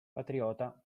patriota